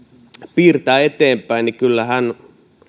piirtää eteenpäin niin kyllähän